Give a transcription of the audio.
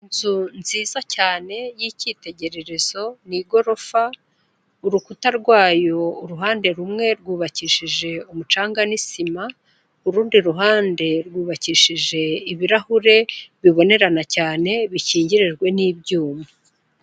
Inzu nziza cyane y'icyitegererezo ni igorofa urukuta rwayo uruhande rumwe rwubakishije umucanga n'isima, urundi ruhande rwubakishije ibirahure bibonerana cyane bikingirijwe n'ibyuma.